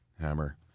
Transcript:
hammer